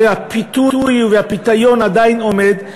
הרי הפיתוי והפיתיון עדיין עומדים.